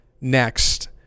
next